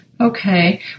Okay